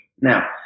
Now